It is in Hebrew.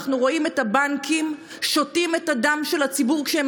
אנחנו רואים את הבנקים שותים את הדם של הציבור כשהם